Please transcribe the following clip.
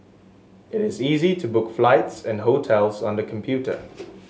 it is easy to book flights and hotels on the computer